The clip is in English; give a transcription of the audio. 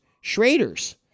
Schrader's